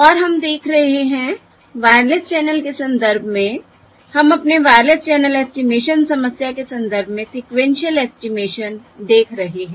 और हम देख रहे हैं वायरलेस चैनल के संदर्भ में हम अपने वायरलेस चैनल ऐस्टीमेशन समस्या के संदर्भ में सीक्वेन्शिअल एस्टिमेशन देख रहे हैं